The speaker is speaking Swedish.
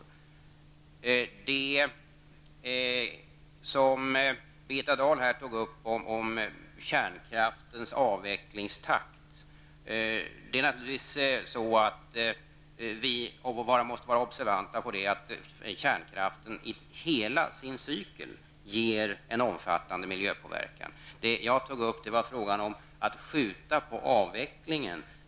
Låt mig till det som Birgitta Dahl här tog upp om kärnkraftens avvecklingstakt foga att vi naturligtvis måste vara observanta på att kärnkraften i hela sin cykel åstadkommer en omfattande miljöpåverkan. Vad jag tog upp var frågan om att skjuta på avvecklingen.